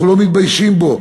אנחנו לא מתביישים בו,